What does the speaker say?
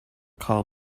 call